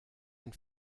ein